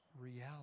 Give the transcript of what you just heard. reality